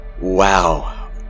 Wow